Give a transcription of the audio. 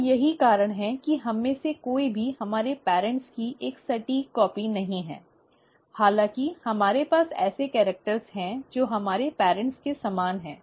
और यही कारण है कि हममें से कोई भी हमारे पेरेंट्स की एक सटीक प्रति नहीं है हालांकि हमारे पास ऐसे कैरिक्टर हैं जो हमारे पेरेंट्स के समान हैं